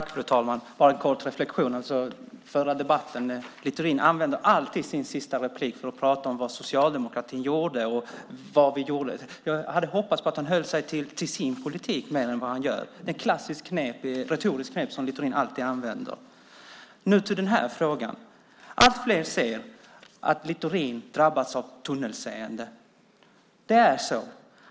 Fru talman! Jag har bara en kort reflexion när det gäller den förra debatten. Littorin använder alltid sin sista replik till att prata om vad socialdemokratin gjorde. Jag hade hoppats på att han skulle hålla sig till sin politik mer än vad han gör. Det är ett klassiskt retoriskt knep som Littorin alltid använder. Nu till den här frågan. Allt fler ser att Littorin drabbats av tunnelseende. Det är så.